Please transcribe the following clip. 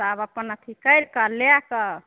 सब अपन अथी कैरि कऽ लै कऽ